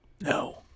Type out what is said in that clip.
No